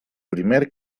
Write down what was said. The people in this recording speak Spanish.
primer